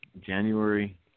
January